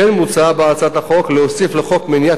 כמו כן מוצע בהצעת החוק להוסיף לחוק למניעת